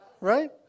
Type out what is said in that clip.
Right